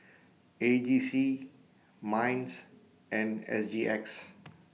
A G C Minds and S G X